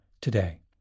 today